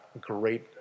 great